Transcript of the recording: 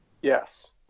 Yes